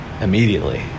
immediately